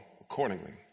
accordingly